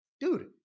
Dude